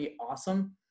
awesome